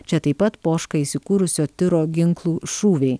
čia taip pat poška įsikūrusio tiro ginklų šūviai